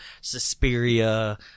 Suspiria